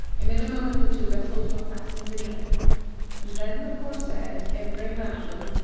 and in a moment the two vessels were fastened together and then the corsairs, every man of them,